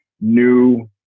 new